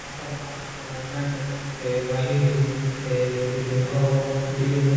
Hapa naona kuna nyanya, mahindi, pilipili hoho, ndimu,